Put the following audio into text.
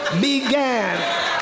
began